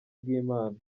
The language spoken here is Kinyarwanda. bw’imana